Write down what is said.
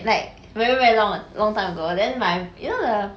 like very very long long time ago then my you know the